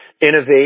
innovate